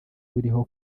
buriho